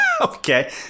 okay